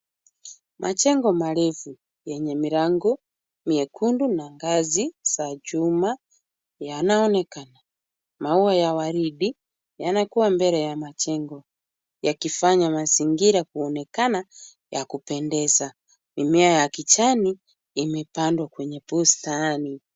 Majengo marefu yenye milango miekundu na ngazi za chuma yanaonekana. Maua ya waridi yanakuwa mbele ya majengo yakifanya mazingira kuonekana ya kupendeza. Mimea ya kijani imepandwa kwenye bustani.